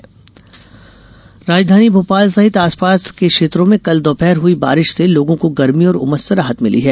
मौसम राजधानी भोपाल सहित आसपास क्षेत्रों में कल दोपहर हुई बारिश से लोगों को गर्मी और उमस से राहत मिली है